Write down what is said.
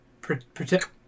protect